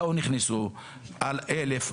באו ונכנסו 1,000,